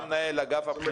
אתה מנהל אגף הבחינות.